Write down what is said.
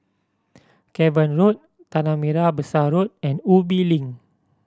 Cavan Road Tanah Merah Besar Road and Ubi Link